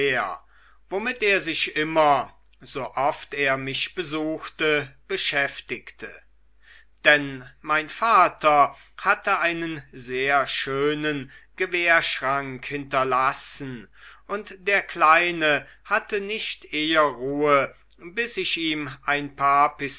womit er sich immer sooft er mich besuchte beschäftigte denn mein vater hatte einen sehr schönen gewehrschrank hinterlassen und der kleine hatte nicht eher ruhe bis ich ihm ein paar